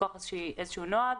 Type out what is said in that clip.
מכוח איזשהו נוהג.